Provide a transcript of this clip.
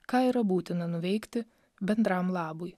ką yra būtina nuveikti bendram labui